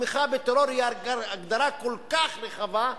הצעת החוק מבקשת להנציח ולנרמל חוקים דרקוניים של שעת-חירום,